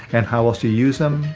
and how else you use them,